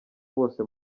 bose